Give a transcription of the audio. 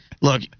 Look